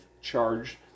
charged